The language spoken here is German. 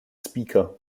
speaker